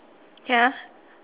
ya